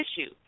issue